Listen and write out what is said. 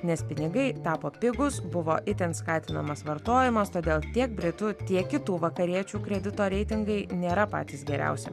nes pinigai tapo pigūs buvo itin skatinamas vartojimas todėl tiek britų tiek kitų vakariečių kredito reitingai nėra patys geriausi